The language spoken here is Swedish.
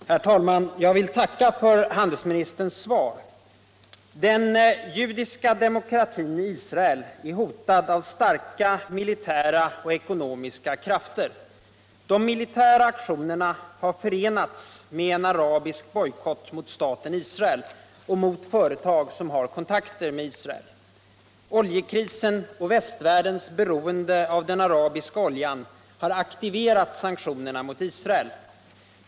Nr 22 Herr talman! Jag vi tacka för handelsministerns svar. 'Tisdagen den Den judiska demokratin i Israel är hotad av starka militära och ekono 9 november 1976 miska krafter. De militära aktionerna har förenats med en arabisk bojkott mot staten Israel och mot företag som har kontakter med Isracl. Öljekrisen - Om regeringens och västvärldens beroende av den arabiska oljan har aktiverat sanktio — inställning till nerna mot Israel.